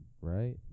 Right